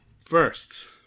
First